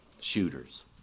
Shooters